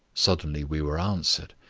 suddenly we were answered.